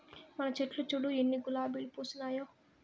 మన చెట్లు చూడు ఎన్ని గులాబీలు పూసినాయో